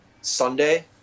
sunday